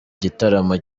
gitaramo